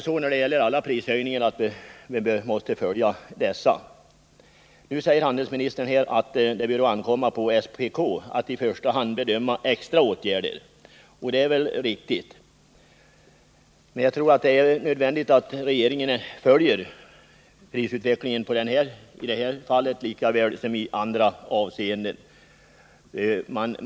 I detta fall, liksom vid alla prishöjningar på världsmarknaden, måste vi studera utvecklingen. Handelsministern sade att det i första hand bör ankomma på SPK att bedöma om prisutvecklingen påkallar särskilda åtgärder — och det är väl riktigt. Men jag tror att det är nödvändigt att också regeringen följer prisutvecklingen, i detta fall lika väl som i andra fall.